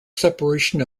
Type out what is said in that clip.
separation